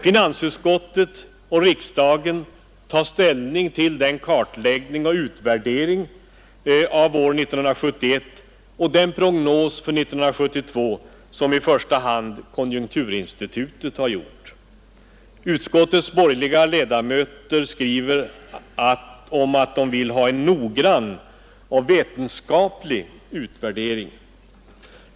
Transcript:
Finansutskottet och riksdagen tar ställning till den kartläggning och utvärdering av den ekonomiska politiken under år 1971 och den prognos för 1972 som i första hand konjunkturinstitutet har gjort. Utskottets borgerliga ledamöter skriver att de vill ha en noggrann och vetenskaplig utvärdering.